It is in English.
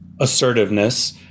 Assertiveness